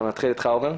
נתחיל איתך, עומר,